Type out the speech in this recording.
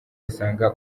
basanga